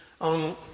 on